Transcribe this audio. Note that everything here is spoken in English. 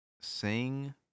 sing